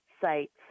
sites